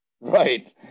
Right